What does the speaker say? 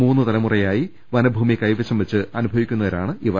മൂന്ന് തല മുറകളായി വനഭൂമി കൈവശംവെച്ച് അനുഭവിക്കുന്നവരാണിവർ